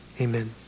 Amen